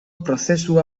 prozesua